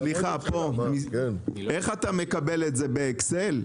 נציג המכס, אתה מקבל את זה בטבלת אקסל?